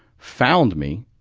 found me,